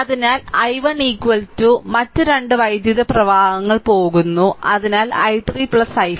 അതിനാൽ i1 മറ്റ് 2 വൈദ്യുത പ്രവാഹങ്ങൾ പോകുന്നു അതിനാൽ i3 i5